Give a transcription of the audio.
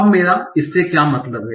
अब मेरा इससे क्या मतलब है